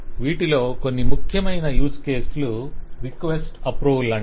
వీటిలో కొన్ని ముఖ్యమైన యూజ్ కేసులు రిక్వెస్ట్ అప్రూవ్ లాంటివి